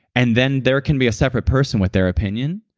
and then there can be a separate person with their opinion,